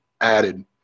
added